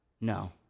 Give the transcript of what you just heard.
No